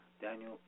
Daniel